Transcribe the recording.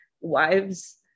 wives